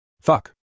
Fuck